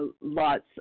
lots